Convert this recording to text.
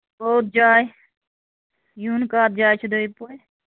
کوٚت جایہِ یُن کَتھ جایہِ چھُ دٔے پوٗرِ